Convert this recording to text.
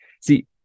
See